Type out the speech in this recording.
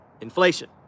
inflation